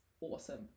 awesome